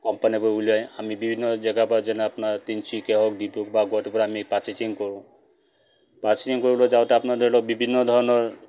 কোম্পানীবোৰ উলিয়াই আমি বিভিন্ন জেগাৰ পৰা যেনে আপোনাৰ তিনচুকীয়া হওক ডিব্ৰুগড় বা গুৱাহাটীৰ পৰা আমি পাৰ্চেচিং কৰোঁ পাৰ্চেচিং কৰিবলৈ যাওঁতে আপোনাৰ ধৰি লওক বিভিন্ন ধৰণৰ